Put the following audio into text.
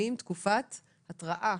תקופת התראה